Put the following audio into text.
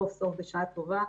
סוף סוף בשעה טובה,